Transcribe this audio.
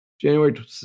January